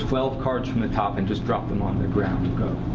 twelve cards from the top, and just drop them on the ground. go.